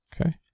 Okay